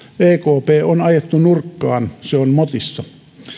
ekp on ajettu nurkkaan se on motissa